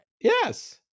Yes